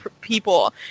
people